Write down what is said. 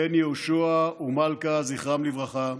בן יהושע ומלכה, זכרם לברכה,